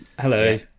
Hello